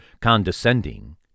condescending